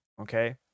okay